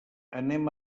anem